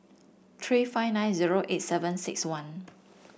three five nine zero eight seven six one